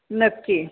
नक्की